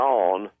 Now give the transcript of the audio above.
on